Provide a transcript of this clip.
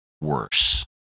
worse